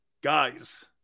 guys